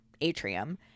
atrium